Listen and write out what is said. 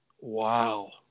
Wow